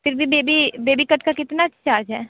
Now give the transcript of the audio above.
फिर भी दीदी बेबी कट का कितना चार्ज है